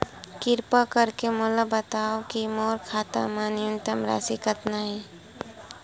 किरपा करके मोला बतावव कि मोर खाता मा न्यूनतम राशि कतना हे